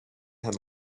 had